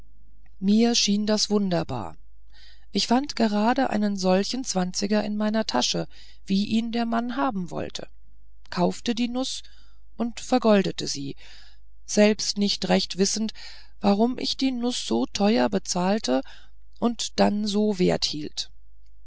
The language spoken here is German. mir schien das wunderbar ich fand gerade einen solchen zwanziger in meiner tasche wie ihn der mann haben wollte kaufte die nuß und vergoldete sie selbst nicht recht wissend warum ich die nuß so teuer bezahlte und dann so wert hielt